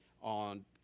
on